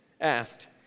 asked